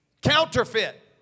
counterfeit